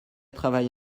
travail